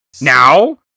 Now